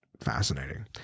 Fascinating